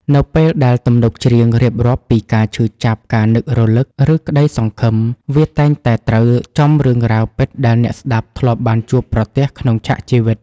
នៅពេលដែលទំនុកច្រៀងរៀបរាប់ពីការឈឺចាប់ ការនឹករលឹក ឬក្ដីសង្ឃឹម វាតែងតែត្រូវចំរឿងរ៉ាវពិតដែលអ្នកស្ដាប់ធ្លាប់បានជួបប្រទះក្នុងឆាកជីវិត